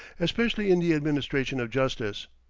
especially in the administration of justice.